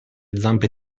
zampe